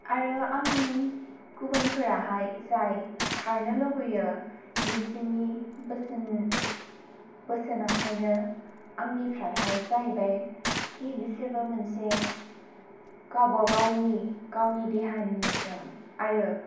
आरो आं गुबुनफोराहाय जाय खारनो लुबैयो बिसिनि बोसोन बोसोनाहायनो आंनिफ्रायहाय जाहैबाय खि बिसोरबो मोनसे गावबागावनि गावनि देहानिजों आरो